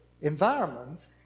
environment